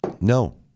No